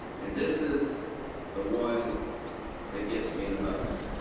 and this is the one that gets me the most.